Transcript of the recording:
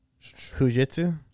jujitsu